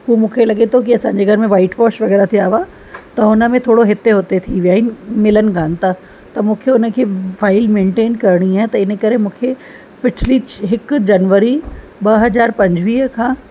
उहे मूंखे लॻे थो की असांजे घर में वाइट वॉश वग़ैरह थिया हुआ त हुन में थोरो हिते हुते थी विया आहिनि मिलनि कोन था त मूंखे उन खे फाइल मेंटेन करणी आहे त इन करे मूंखे पिछली छह हिकु जनवरी ॿ हज़ार पंजवीह खां